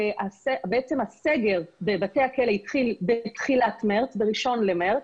הסגר בבתי הכלא התחיל ב-1 במרץ,